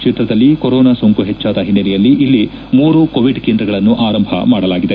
ಕ್ಷೇತ್ರದಲ್ಲಿ ಕೊರೋನಾ ಸೋಂಕು ಹೆಚ್ಚಾದ ಹಿನ್ನೆಲೆಯಲ್ಲಿ ಇಲ್ಲಿ ಮೂರು ಕೋವಿಡ್ ಕೇಂದ್ರಗಳನ್ನು ಆರಂಭ ಮಾಡಲಾಗಿದೆ